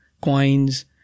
coins